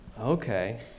Okay